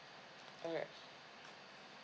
alright